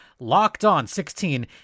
LOCKEDON16